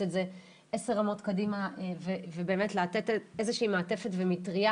את זה 10 רמות קדימה ובאמת לתת איזושהי מעטפת ומטריה